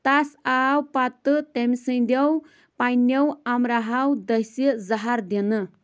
تَس آو پتہٕ تٔمۍ سٕنٛدیو پنٛنیو عمراہو دٔسہِ زہر دِنہٕ